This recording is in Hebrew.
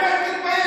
תתבייש.